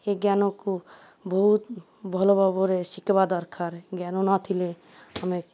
ଏ ଜ୍ଞାନକୁ ବହୁତ ଭଲଭାବରେ ଶିଖିବା ଦରକାର ଜ୍ଞାନ ନ ଥିଲେ ଆମେ